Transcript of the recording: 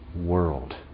world